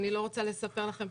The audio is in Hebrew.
אני לא רוצה לספר לכם,